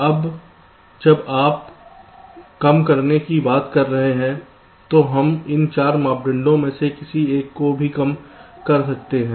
अब जब आप कम करने की बात कर रहे हैं तो हम इन 4 मापदंडों में से किसी एक को भी कम कर सकते हैं